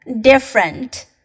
Different